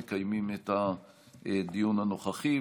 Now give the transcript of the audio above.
אנחנו מקיימים את הדיון הנוכחי.